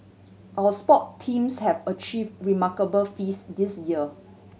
our sport teams have achieve remarkable feats this year